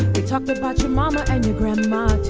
you talked about your momma and your grandma.